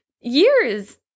years